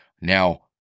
Now